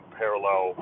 parallel